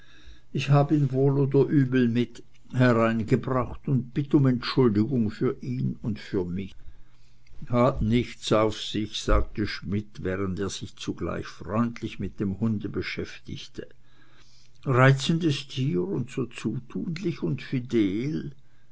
ich hab ihn wohl oder übel mit hereingebracht und bitt um entschuldigung für ihn und für mich hat nichts auf sich sagte schmidt während er sich zugleich freundlich mit dem hunde beschäftigte reizendes tier und so zutunlich und fidel